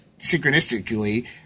synchronistically